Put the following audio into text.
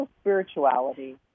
spirituality